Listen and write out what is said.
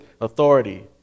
authority